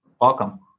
Welcome